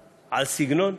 על סגנון?